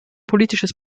politisches